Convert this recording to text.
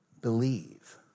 Believe